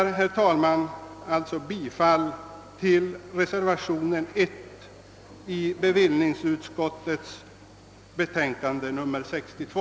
Herr talman! Jag yrkar bifall till reservationen 1 i bevillningsutskottets betänkande nr 62.